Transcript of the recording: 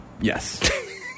Yes